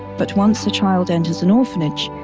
but once the child enters an orphanage,